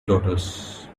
daughters